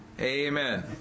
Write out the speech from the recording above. Amen